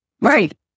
Right